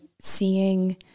seeing